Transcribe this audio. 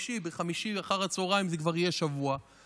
בחמישי אחר הצוהריים זה כבר יהיה שבוע,